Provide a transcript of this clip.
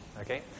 Okay